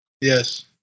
yes